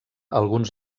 alguns